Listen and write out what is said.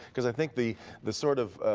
because i think the the sort of